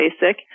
Basic